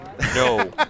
No